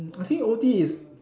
mm I think O_T is